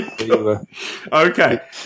Okay